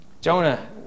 Jonah